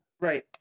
Right